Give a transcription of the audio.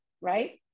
Right